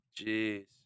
Jeez